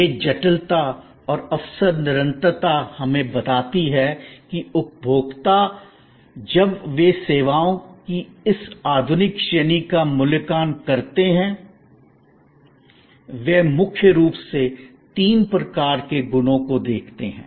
यह जटिलता और अवसर निरंतरता हमें बताती है कि उपभोक्ता जब वे सेवाओं की इस आधुनिक श्रेणी का मूल्यांकन करते हैं वे मुख्य रूप से तीन प्रकार के गुणों को देखते हैं